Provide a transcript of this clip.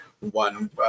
one